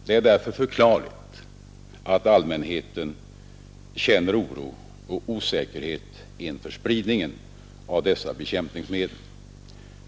Det är därför förklarligt att allmänheten känner oro och osäkerhet inför spridningen av dessa bekämpningsmedel.